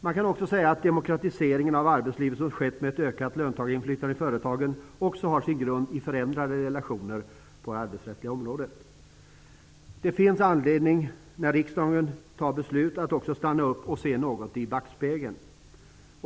Man kan också säga att demokratiseringen av arbetslivet, som skett med ett ökat löntagarinflytande i företagen, också har sin grund i förändrade relationer på det arbetsrättsliga området. Det finns anledning, när riksdagen fattar beslut, att också stanna upp och något se i backspegeln.